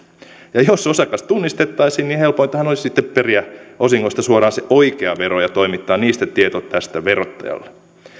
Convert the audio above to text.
ja jos osakas tunnistettaisiin niin helpointahan olisi sitten periä osingosta suoraan se oikea vero ja toimittaa niistä tieto verottajalle